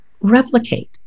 replicate